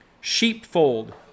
Sheepfold